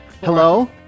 Hello